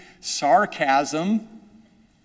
sarcasm